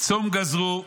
"צום גזרו,